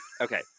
Okay